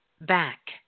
back